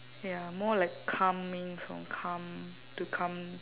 ya more like calming songs calm to calm